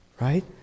right